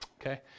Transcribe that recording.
Okay